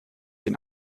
den